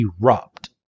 erupt